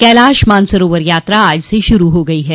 कैलाश मानसरोवर यात्रा आज से शुरू हो गई है